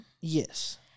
Yes